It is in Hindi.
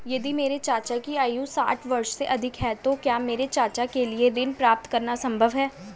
यदि मेरे चाचा की आयु साठ वर्ष से अधिक है तो क्या मेरे चाचा के लिए ऋण प्राप्त करना संभव होगा?